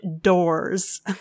doors